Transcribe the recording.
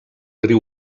riu